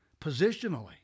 positionally